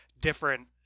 different